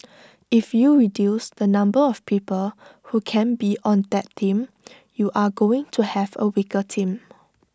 if you reduce the number of people who can be on that team you're going to have A weaker team